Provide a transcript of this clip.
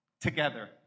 together